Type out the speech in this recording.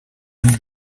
mil